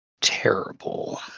terrible